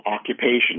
occupation